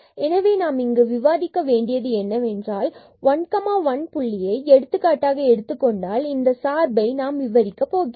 எனவே நாம் இங்கு விவாதிக்க வேண்டியது என்னவென்றால் இந்த 1 1 புள்ளியை எடுத்துக்காட்டாக எடுத்துக்கொண்டால் பின்பு இந்த சார்பை நாம் விரிவாக்க போகிறோம்